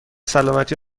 سلامتی